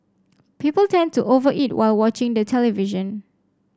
people tend to over eat while watching the television